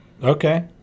Okay